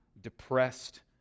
depressed